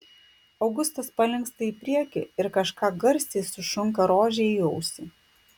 augustas palinksta į priekį ir kažką garsiai sušunka rožei į ausį